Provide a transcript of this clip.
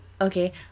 okay